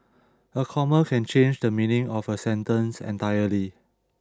a comma can change the meaning of a sentence entirely